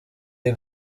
iyi